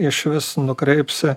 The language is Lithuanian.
išvis nukreipsi